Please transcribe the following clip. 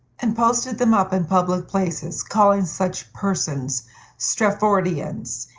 and posted them up in public places, calling such persons straffordians,